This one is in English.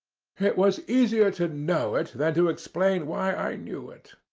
it was easier to know it than to explain why i knew it.